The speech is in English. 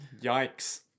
Yikes